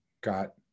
got